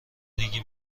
ریگی